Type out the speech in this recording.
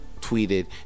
tweeted